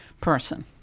person